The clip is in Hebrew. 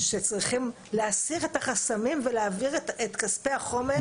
שצריכים להסיר את החסמים ולהעביר את כספי החומש.